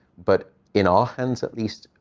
but in our hands, at least,